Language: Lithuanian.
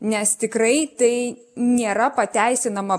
nes tikrai tai nėra pateisinama